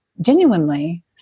genuinely